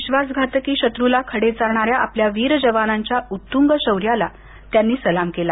विश्वासघातकी शत्रूला खडे चारणाऱ्या आपल्या वीर जवानांच्या उत्तुंग शौर्याला त्यांनी सलाम केला